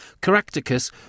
Caractacus